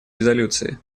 резолюции